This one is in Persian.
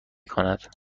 کند